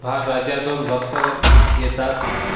बाहेर राज्यातून भक्तगण येतात